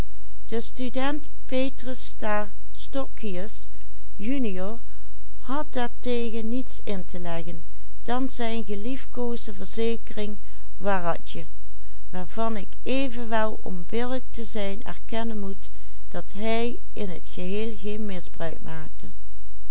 daartegen niets in te leggen dan zijn geliefkoosde verzekering waaratje waarvan ik evenwel om billijk te zijn erkennen moet dat hij in t geheel geen misbruik